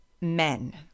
men